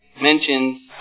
mentions